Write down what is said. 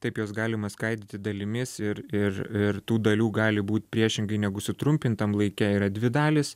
taip juos galima skaidyti dalimis ir ir ir tų dalių gali būt priešingai negu sutrumpintam laike yra dvi dalys